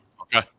Okay